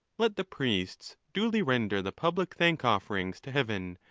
let the priests duly render the public thank-offerings to heaven,